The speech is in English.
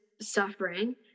suffering